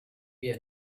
wir